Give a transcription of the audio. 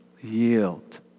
yield